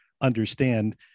understand